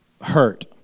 hurt